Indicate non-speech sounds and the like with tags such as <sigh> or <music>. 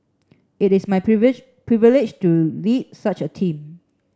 it is my <unintelligible> privilege to lead such a team